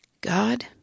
God